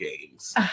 games